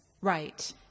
right